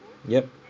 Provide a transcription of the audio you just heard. yup